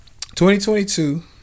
2022